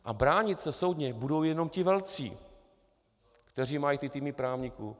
A bránit se soudně budou jenom ti velcí, kteří mají týmy právníků.